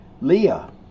Leah